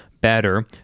better